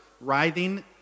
Writhing